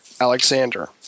Alexander